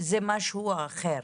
זה משהו אחר.